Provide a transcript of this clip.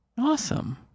awesome